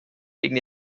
gegen